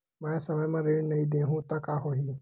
मैं समय म ऋण नहीं देहु त का होही